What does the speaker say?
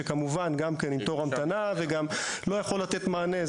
שכמובן גם הוא עם תור המתנה ולא יכול לתת מענה.